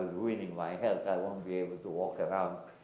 ruining my health. i won't be able to walk around.